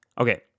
okay